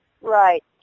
Right